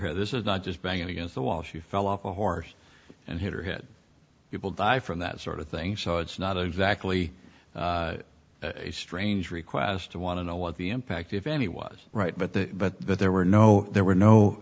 her this is not just banging against the wall she fell off a horse and hitter had people die from that sort of thing so it's not exactly a strange request to want to know what the impact if any was right but the but that there were no there were no